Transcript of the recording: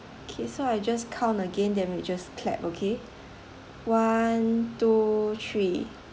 okay so I'll just count again then we just clap okay one two three